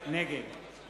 נגד